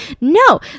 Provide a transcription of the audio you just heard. No